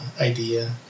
idea